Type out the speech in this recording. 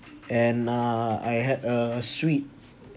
and uh I had a suite